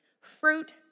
fruit